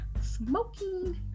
smoking